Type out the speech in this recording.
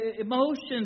emotions